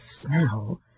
smell